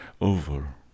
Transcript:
over